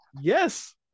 Yes